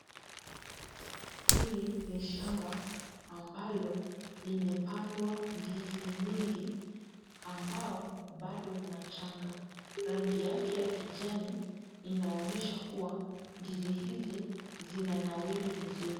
Hili ni shamba ambalo limepandwa ndizi nyingi ambazo bado ni changa. Rangi yake ya kijani inaonyesha kuwa ndizi hizi zinanawiri vizuri.